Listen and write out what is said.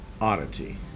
oddity